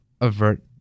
avert